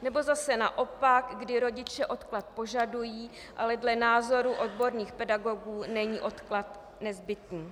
Nebo zase naopak, kdy rodiče odklad požadují, ale dle názoru odborných pedagogů není odklad nezbytný.